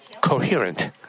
Coherent